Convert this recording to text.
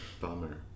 Bummer